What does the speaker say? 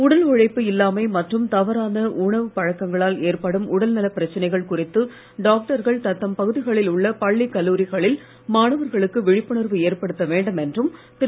உடல் உழைப்பு இல்லாமை மற்றும் தவறான உணவுப் பழக்கங்களால் ஏற்படும் உடல்நலப் பிரச்சனைகள் குறித்து டாக்டர்கள் தத்தம் பகுதிகளில் உள்ள பள்ளி கல்லூரிகளில் மாணவர்களுக்கு விழிப்புணர்வு ஏற்படுத்த வேண்டும் என்றும் திரு